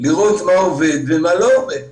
לראות מה עובד ומה לא עובד.